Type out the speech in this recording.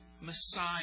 Messiah